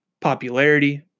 popularity